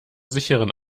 sicheren